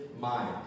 mind